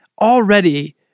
already